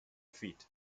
feet